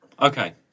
Okay